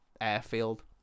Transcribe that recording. airfield